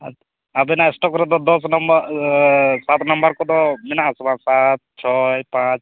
ᱟᱵᱮᱱᱟᱜ ᱥᱴᱚᱠ ᱨᱮᱫᱚ ᱫᱚᱥ ᱱᱟᱢᱵᱟᱨ ᱥᱟᱛ ᱱᱟᱢᱵᱟᱨ ᱠᱚᱫᱚ ᱢᱮᱱᱟᱜ ᱟᱥᱮ ᱵᱟᱝ ᱥᱟᱛ ᱪᱷᱚᱭ ᱯᱟᱸᱪ